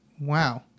Wow